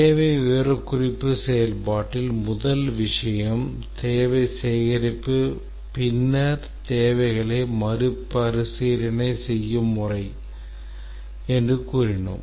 தேவை விவரக்குறிப்பு செயல்பாட்டில் முதல் விஷயம் தேவை சேகரிப்பு மற்றும் பின்னர் தேவைகளை மறுபரிசீலனை செய்யும் முறை என்று கூறினோம்